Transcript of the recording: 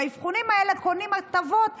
והאבחונים האלה קונים הטבות בבחינות.